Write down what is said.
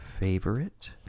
Favorite